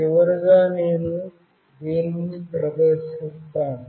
చివరగా నేను దీనిని ప్రదర్శిస్తాను